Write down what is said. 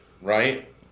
Right